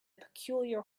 peculiar